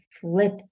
flip